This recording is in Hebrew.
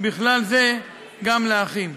ובכלל זה גם לאחים.